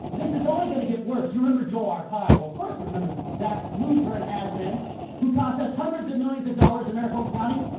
this is only going to get worse. you remember joe arpaio, of course who remembers that loser and has-been who cost us hundreds of millions of dollars in maricopa county.